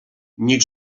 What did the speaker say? niech